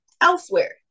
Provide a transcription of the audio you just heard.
elsewhere